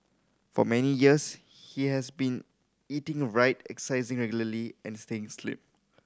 for many years he has been eating right exercising regularly and staying slim